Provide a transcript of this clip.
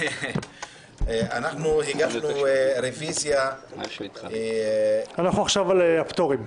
אנחנו הגשנו רביזיה -- אנחנו עכשיו על הפטורים.